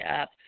up